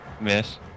miss